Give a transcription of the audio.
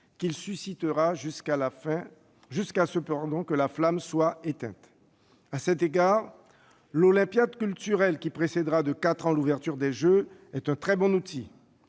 qu'il suscitera jusqu'à ce que la flamme soit éteinte. À cet égard, l'olympiade culturelle qui précédera de quatre ans l'ouverture des Jeux est un très bon outil.